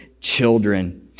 children